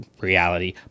reality